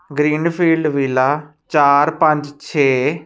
green field villa ਚਾਰ ਪੰਜ ਛੇ